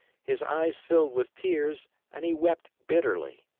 his eyes filled with tears, and he wept bitterly.